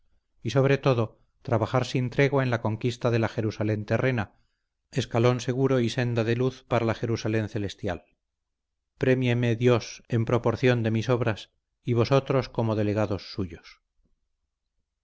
y sobre todo trabajar sin tregua en la conquista de la jerusalén terrena escalón seguro y senda de luz para la jerusalén celestial prémieme dios en proporción de mis obras y vosotros como delegados suyos